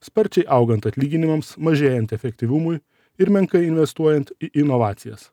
sparčiai augant atlyginimams mažėjant efektyvumui ir menkai investuojant į inovacijas